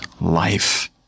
life